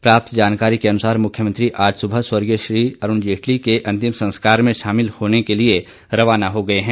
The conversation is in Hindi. प्राप्त जानकारी के अनुसार मुख्यमंत्री आज सुबह स्वर्गीय श्री अरूण जेटली के अंतिम संस्कार में शामिल होने के लिए रवाना हो गए हैं